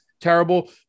terrible